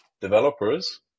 developers